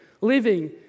living